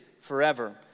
forever